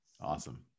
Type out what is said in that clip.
awesome